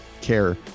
care